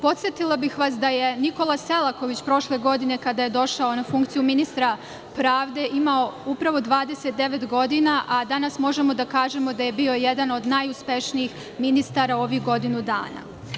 Podsetila bih vas da je Nikola Selaković prošle godine, kada je došao na funkciju ministra pravde, imao upravo 29 godina, a danas možemo da kažemo da je bio jedan od najuspešnijih ministara ovih godinu dana.